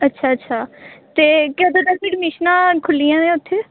ਅੱਛਾ ਅੱਛਾ ਅਤੇ ਕਦੋਂ ਤੱਕ ਅਡਮੀਸ਼ਨਾਂ ਖੁੱਲ੍ਹੀਆਂ ਹੈ ਉੱਥੇ